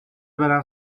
برم